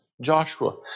Joshua